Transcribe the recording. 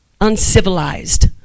uncivilized